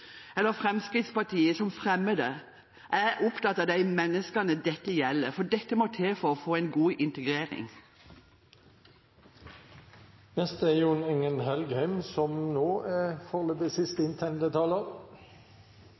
eller Fremskrittspartiet som fremmer forslagene. Jeg er opptatt av menneskene dette gjelder, for dette må til for å få en god integrering. Noen ganger er det sånn at jo større enigheten er